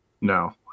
no